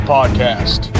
Podcast